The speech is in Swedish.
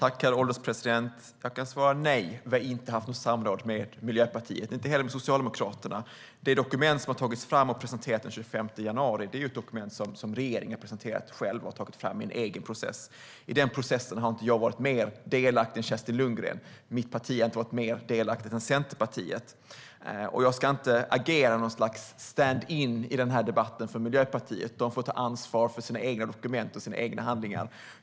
Herr ålderspresident! Jag kan svara nej. Vi har inte haft något samråd med Miljöpartiet och inte heller med Socialdemokraterna. Det dokument som har tagits fram och presenterades den 25 januari är ett dokument som regeringen har tagit fram i en egen process. I den processen har jag inte varit mer delaktig än Kerstin Lundgren. Mitt parti har inte varit mer delaktigt än Centerpartiet. Jag ska inte agera något slags stand-in för Miljöpartiet i denna debatt. De får ta ansvar för sina egna dokument och sina egna handlingar.